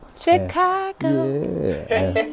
Chicago